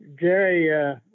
Jerry